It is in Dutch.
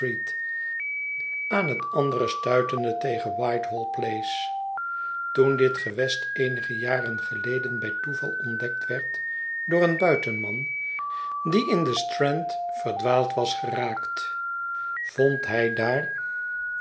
aan het andere stuitende tegen whitehallplace toen dit gewest eenige jaren geleden bij toeval ontdekt werd door een buitenman die in de strand verdwaald was geraakt vond hij daar